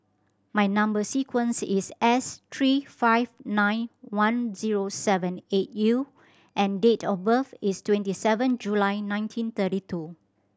my number sequence is S three five nine one zero seven eight U and date of birth is twenty seven July nineteen thirty two